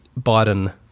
Biden